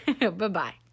Bye-bye